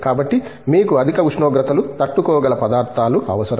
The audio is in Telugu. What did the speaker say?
కాబట్టి మీకు అధిక ఉష్ణోగ్రతలు తట్టుకోగల పదార్థాలు అవసరం